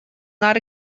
not